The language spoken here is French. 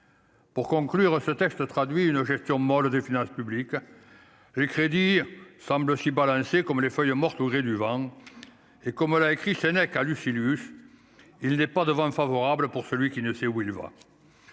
pour conclure ce texte traduit une gestion molle des finances publiques, j'ai créé dire semble aussi balancer comme les feuilles mortes au gré du vent et, comme l'a écrit Sénèque à Lucy, il n'est pas de vent favorable pour celui qui ne sait où il va,